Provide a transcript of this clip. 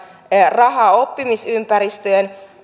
rahaa oppimisympäristöön